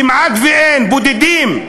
כמעט אין, בודדים.